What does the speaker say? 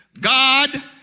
God